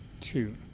two